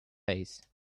face